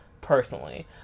personally